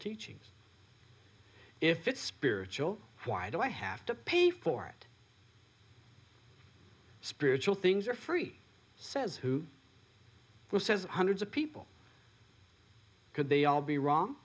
teachings if its spiritual why do i have to pay for it spiritual things are free says who who says hundreds of people could they all be wrong